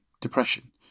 depression